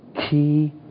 key